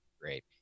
great